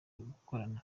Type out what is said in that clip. gukorana